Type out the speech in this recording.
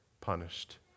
punished